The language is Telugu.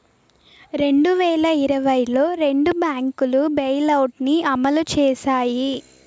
రెండు వేల ఇరవైలో రెండు బ్యాంకులు బెయిలౌట్ ని అమలు చేశాయి